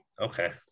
Okay